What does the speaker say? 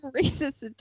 racist